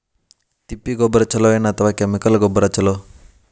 ತಿಪ್ಪಿ ಗೊಬ್ಬರ ಛಲೋ ಏನ್ ಅಥವಾ ಕೆಮಿಕಲ್ ಗೊಬ್ಬರ ಛಲೋ?